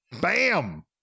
Bam